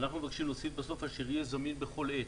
אנחנו מבקשים להוסיף בסוף "אשר יהיה זמין בכל עת".